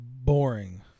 boring